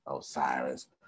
osiris